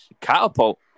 Catapult